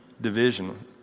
division